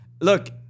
look